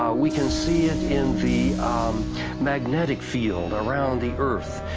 we can see it in the magnetic field around the earth,